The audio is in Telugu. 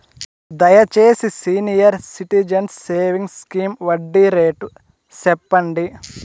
దయచేసి సీనియర్ సిటిజన్స్ సేవింగ్స్ స్కీమ్ వడ్డీ రేటు సెప్పండి